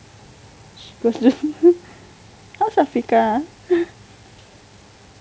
she goes to how's afiqah ah